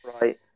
Right